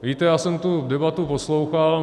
Víte, já jsem tu debatu poslouchal.